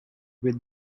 with